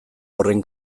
horren